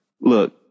look